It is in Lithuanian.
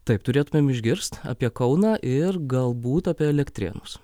taip turėtumėm išgirst apie kauną ir galbūt apie elektrėnus